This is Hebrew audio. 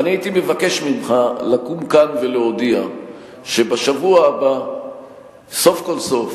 ואני הייתי מבקש ממך לקום כאן ולהודיע שבשבוע הבא סוף כל סוף